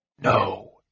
No